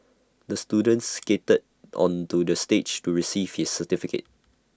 the student skated onto the stage to receive his certificate